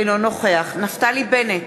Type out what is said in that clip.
אינו נוכח נפתלי בנט,